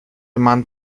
mann